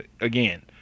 again